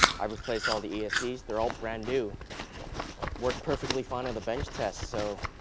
i replaced all the esc's they're all brand new worked perfectly fine on the bench test so